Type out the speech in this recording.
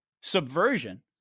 subversion